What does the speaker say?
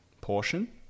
portion